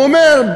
הוא אומר,